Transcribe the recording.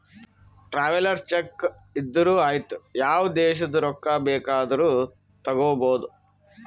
travellers cheque ಇದ್ದೂರು ಐಯ್ತ ಯಾವ ದೇಶದು ರೊಕ್ಕಾ ಬೇಕ್ ಆದೂರು ತಗೋಬೋದ